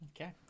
Okay